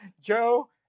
Joe